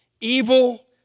Evil